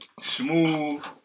Smooth